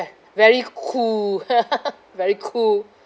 very cool very cool